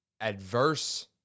adverse